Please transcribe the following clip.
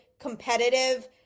competitive